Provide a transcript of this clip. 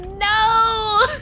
No